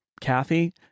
Kathy